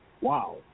Wow